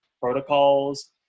protocols